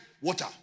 water